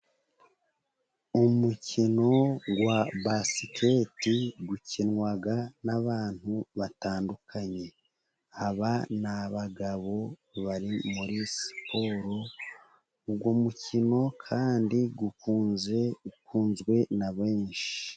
Umukino wa basikete ukinwa n'abantu batandukanye, aba nabagabo bari muri siporo, uyu mukino kandi ukunze ukunzwe na benshi.